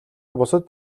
бусад